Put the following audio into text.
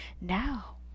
Now